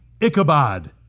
Ichabod